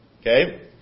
Okay